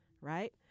right